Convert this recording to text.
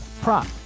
prop